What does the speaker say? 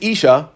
Isha